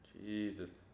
Jesus